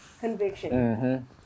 conviction